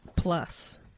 Plus